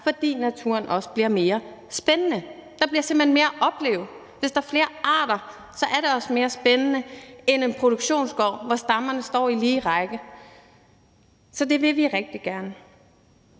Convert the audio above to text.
fordi naturen også bliver mere spændende. Der bliver simpelt hen mere at opleve. Hvis der er flere arter, er det også mere spændende end i en produktionsskov, hvor stammerne står i lige rækker. Så det vil vi rigtig gerne.